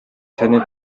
таны